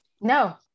No